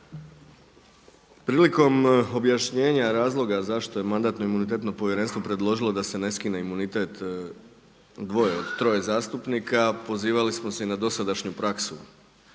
prilikom objašnjenja razloga zašto je Mandatno-imunitetno povjerenstvo predložilo da se ne skine imunitet dvoje od troje zastupnika pozivali smo se i dosadašnju praksu.